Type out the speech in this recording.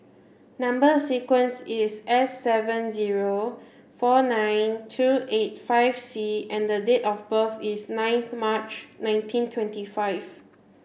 number sequence is S seven zero four nine two eight five C and the date of birth is ninth March nineteen twenty five